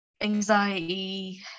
anxiety